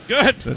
Good